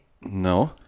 No